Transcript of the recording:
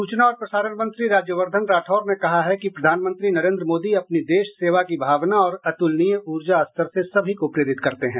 सूचना और प्रसारण मंत्री राज्यवर्धन राठौड़ ने कहा है कि प्रधानमंत्री नरेन्द्र मोदी अपनी देश सेवा की भावना और अतुलनीय ऊर्जा स्तर से सभी को प्रेरित करते हैं